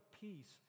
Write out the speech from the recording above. peace